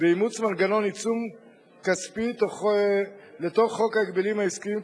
באימוץ מנגנון עיצום כספי לתוך חוק ההגבלים העסקיים,